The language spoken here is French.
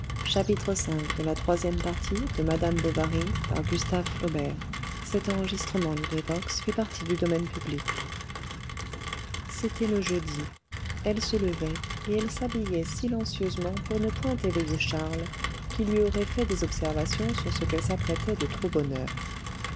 c'était le jeudi elle se levait et elle s'habillait silencieusement pour ne point éveiller charles qui lui aurait fait des observations sur ce qu'elle s'apprêtait de trop bonne